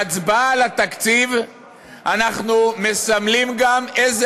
בהצבעה על התקציב אנחנו מסמלים גם אילו